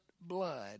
blood